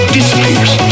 disappears